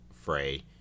fray